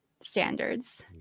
standards